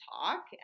talk